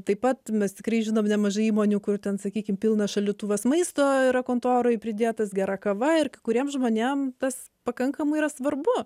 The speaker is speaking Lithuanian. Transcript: taip pat mes tikrai žinom nemažai įmonių kur ten sakykime pilnas šaldytuvas maisto yra kontoroj pridėtas gera kava ir kai kuriem žmonėm tas pakankamai yra svarbu